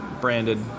branded